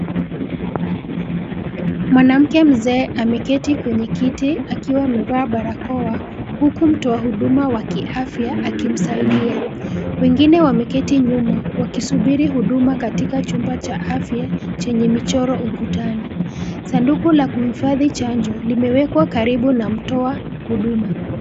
Mwanamke mzee ameketi kwenye kiti akiwa amevaa barakoa huku mtoa huduma ya kiafya akimsaidia. Wengine wameketi nyuma wakisubiri huduma katika chumba cha afya chenye michoro ukutani. Sanduku la kuhifadhi chanjo limewekwa karibu na mtoa huduma.